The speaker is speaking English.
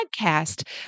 podcast